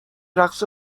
رقص